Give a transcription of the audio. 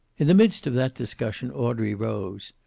in the midst of that discussion audrey rose.